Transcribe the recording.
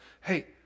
hey